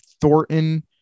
Thornton